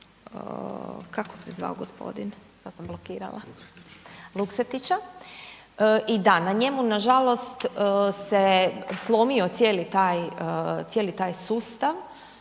kako se zvao gospodin, sad sam blokirala, Luksetića i da, na njemu na žalost se slomio cijeli taj sustav